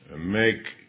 make